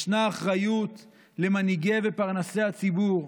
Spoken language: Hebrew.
ישנה אחריות למנהיגי ופרנסי הציבור,